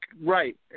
right